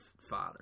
father